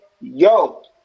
yo